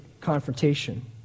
confrontation